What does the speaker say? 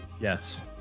yes